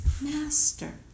master